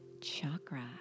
chakra